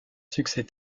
succès